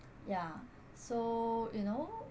ya so you know